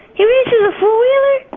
he races a four wheeler